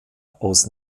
aus